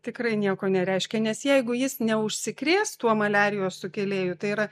tikrai nieko nereiškia nes jeigu jis neužsikrės tuo maliarijos sukėlėju tai yra